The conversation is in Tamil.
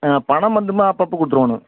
பணம் மட்டும் அப்போ அப்போ கொடுத்துருரோணும்